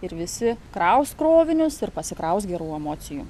ir visi kraus krovinius ir pasikraus gerų emocijų